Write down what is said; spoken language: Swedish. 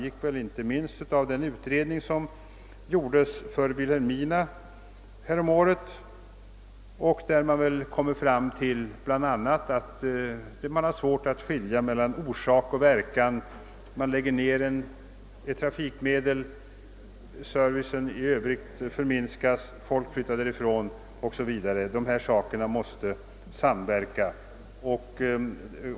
Detta framgick inte minst av den utredning som häromåret gjordes för Vilhelminas vidkommande. Man kom därvid fram till att det bl.a. kan vara svårt att skilja mellan orsak och verkan på detta område. När verksamheten inom en trafikgren i en bygd läggs ned, minskar servicen i övrigt, vilket leder till att folk flyttar därifrån o.s.v. Dessa faktorer samverkar.